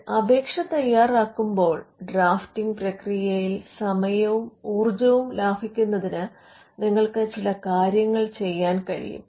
ഒരു അപേക്ഷ തയ്യാറാക്കുമ്പോൾ ഡ്രാഫ്റ്റിംഗ് പ്രക്രിയയിൽ സമയവും ഊർജ്ജവും ലാഭിക്കുന്നതിന് നിങ്ങൾക്ക് ചില കാര്യങ്ങൾ ചെയ്യാൻ കഴിയും